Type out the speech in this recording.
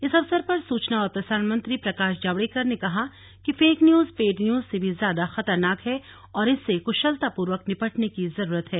इस अवसर पर सुचना और प्रसारण मंत्री प्रकाश जावडेकर ने कहा कि फेक न्यूज पेड न्यूज से भी ज्यादा खतरनाक है और इससे कुशलतापूर्वक निपटने की जरूरत है